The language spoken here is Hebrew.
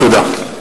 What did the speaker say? תודה.